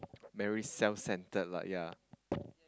very self centered lah ya